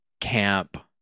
Camp